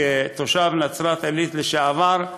כתושב נצרת-עילית לשעבר,